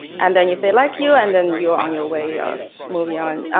and then if they like you, and then you're on your way of moving on.